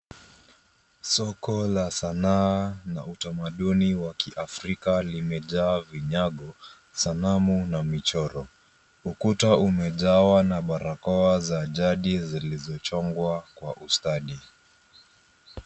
Soko la sanaa na utamaduni wa Kiafrika limejaa vinyago, sanamu na michoro. Ukuta umejawa na barakoa za jadi zilizochongwa kwa ustadi.